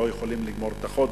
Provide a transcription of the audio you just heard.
שלא יכולים לגמור את החודש,